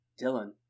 Dylan